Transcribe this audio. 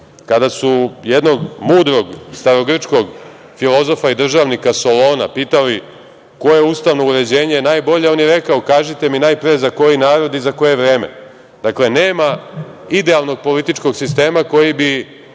Kada su jednog mudrog starogrčkog filozofa i državnika Solona pitali koje je ustavno uređenje najbolje, on je rekao – kažite mi najpre za koji narod i za koje vreme? Dakle, nema idealnog političkog sistema koji bi